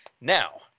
Now